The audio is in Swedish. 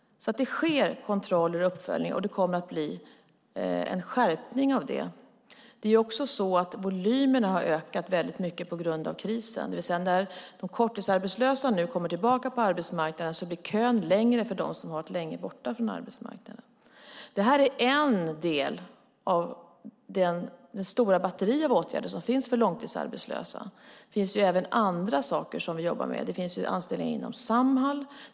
Det sker alltså kontroller och uppföljningar, och det kommer att bli en skärpning av det. Det är också så att volymerna har ökat väldigt mycket på grund av krisen. När de korttidsarbetslösa nu kommer tillbaka till arbetsmarknaden blir nämligen kön längre för dem som varit borta länge från arbetsmarknaden. Detta är en del av det stora batteri av åtgärder som finns för långtidsarbetslösa. Det finns även andra saker vi jobbar med. Det finns anställningar inom Samhall.